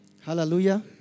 Hallelujah